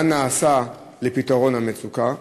מה נעשה לפתרון המצוקה?